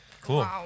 Cool